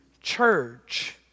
church